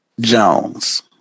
Jones